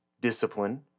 discipline